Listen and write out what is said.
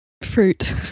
Fruit